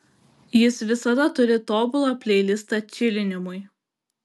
jis visada turi tobulą pleilistą čilinimui